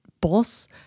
boss